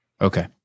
Okay